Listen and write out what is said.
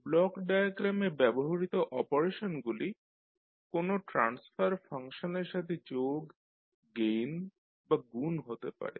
block ডায়াগ্রামে ব্যবহৃত অপারেশনগুলি কোন ট্রান্সফার ফাংশনের সাথে যোগ গেইন বা গুন হতে পারে